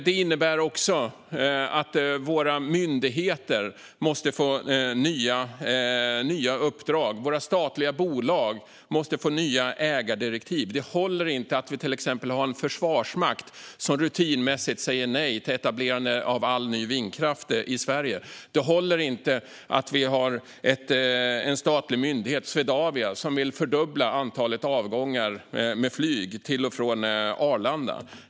Det innebär också att våra myndigheter måste få nya uppdrag och att våra statliga bolag måste få nya ägardirektiv. Det håller inte att vi till exempel har en försvarsmakt som rutinmässigt säger nej till etablerande av all ny vindkraft i Sverige. Det håller inte att vi har en statlig myndighet, Swedavia, som vill fördubbla antalet avgångar med flyg till och från Arlanda.